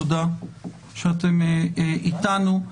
תודה שאתם איתנו.